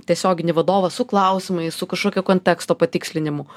tiesioginį vadovą su klausimais su kažkokio konteksto patikslinimu